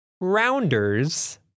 Rounders